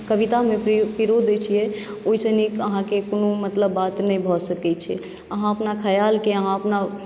कवितामे पिरो दैत छियै ओहिसँ नीक अहाँकेँ कोनो मतलब बात नहि भऽ सकैत छै अहाँ अपना खयालकेँ अहाँ अपना